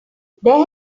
there